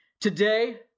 Today